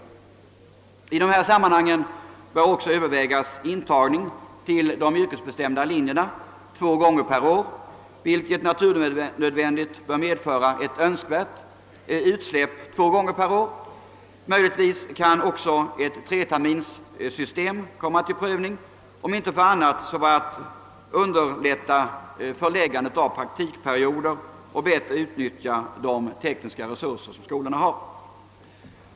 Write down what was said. I dessa sammanhang bör också Övervägas intagning till de yrkesbestämda linjerna två gånger per år, vilket naturnödvändigt bör medföra ett önskvärt utsläpp två gånger årligen. Möjligen kan också ett treterminssystem prövas, om inte för annat så för att underlätta förläggandet av praktikperioden och bättre utnyttja skolornas tekniska resurser. Herr talman!